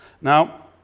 Now